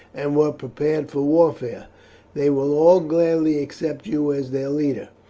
and were prepared for warfare they will all gladly accept you as their leader.